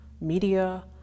media